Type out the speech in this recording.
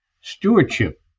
stewardship